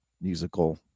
musical